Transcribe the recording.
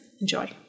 Enjoy